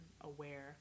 aware